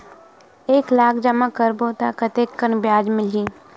एक लाख जमा करबो त कतेकन ब्याज मिलही?